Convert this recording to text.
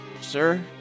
sir